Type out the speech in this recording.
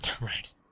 Right